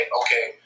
okay